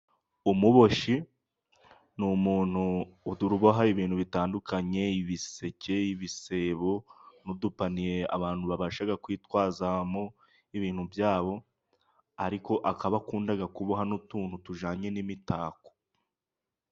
umuboshyi ni umuntu uboha ibintu bitandukanye; ibiseke ibitebo, udupaniye abantu babasha kwitwazamo ibintu byabo, ariko akaba akunda kuboha n'utuntu tujyanye n'imitako.